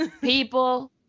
people